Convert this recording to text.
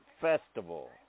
Festival